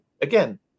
again